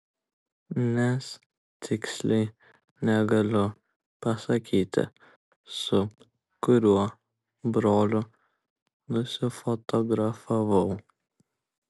nes tiksliai negaliu pasakyti su kuriuo broliu nusifotografavau